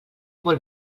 molt